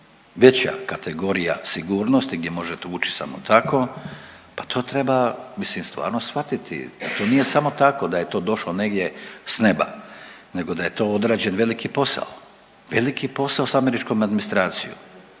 veća kategorija sigurnosti gdje možete ući samo tako, pa to treba mislim stvarno shvatiti da to nije samo tako da je to došlo negdje s neba, nego da je to odrađen veliki posao, veliki posao sa američkom administracijom.